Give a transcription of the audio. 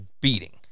beating